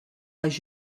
les